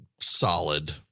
solid